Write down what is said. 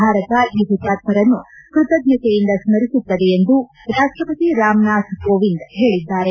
ಭಾರತ ಈ ಹುತಾತ್ಕರನ್ನು ಕೃತಜ್ಞತೆಯಿಂದ ಸ್ಮರಿಸುತ್ತದೆ ಎಂದು ರಾಷ್ಷಪತಿ ರಾಮನಾಥ್ ಕೋವಿಂದ್ ಹೇಳಿದ್ದಾರೆ